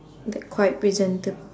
that quite presentab~